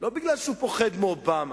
לא בגלל שהוא פוחד מאובמה.